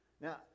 Now